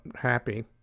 happy